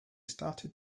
started